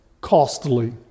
costly